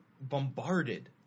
bombarded